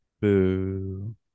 Boo